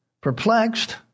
Perplexed